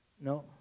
No